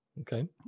Okay